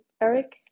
Eric